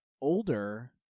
older